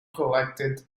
collected